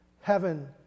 Heaven